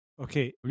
Okay